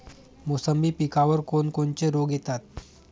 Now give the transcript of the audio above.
मोसंबी पिकावर कोन कोनचे रोग येतात?